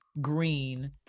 green